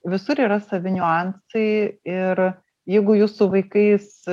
visur yra savi niuansai ir jeigu jūs su vaikais